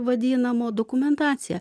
vadinamo dokumentacija